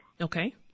Okay